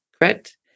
correct